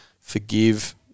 Forgive